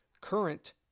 current